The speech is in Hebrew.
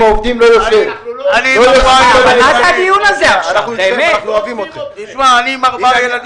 אתם באתם ואנחנו כאן עבורכם,